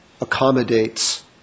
accommodates